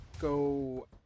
go